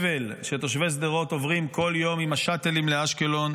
אני מבין את הסבל שתושבי שדרות עוברים בכל יום עם השאטלים לאשקלון,